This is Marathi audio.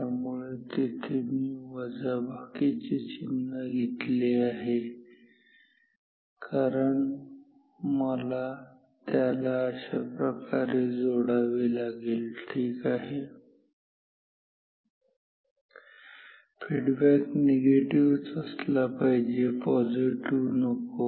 त्यामुळे येथे मी वजाबाकी चे चिन्ह घेतले आहे कारण मला त्याला अशाप्रकारे जोडावे लागेल ठीक आहे फीडबॅक निगेटिवच असला पाहिजे पॉझिटिव नको